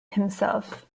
himself